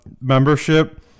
membership